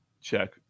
check